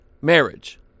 marriage